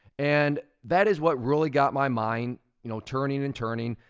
and that is what really got my mind you know turning and turning,